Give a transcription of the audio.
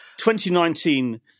2019